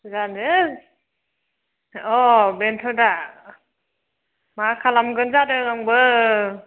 जानो अ बेनथ' दा माखालामगोन जादों आंबो